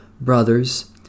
Brothers